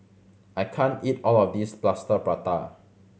I can't eat all of this Plaster Prata